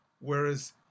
Whereas